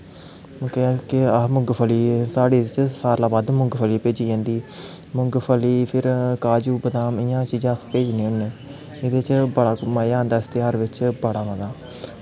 तोे केह् मुंगफली साढ़े इत्थै सारे कोला दा बद्ध मुंगफली भेजी जंदी मुंगफली काज़ू बदाम एह् जेही चीजां अस भेजने होन्ने एह्दे च बड़ा मज़ा आंदा इस तेहार च